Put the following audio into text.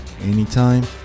anytime